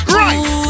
right